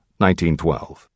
1912